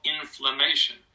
inflammation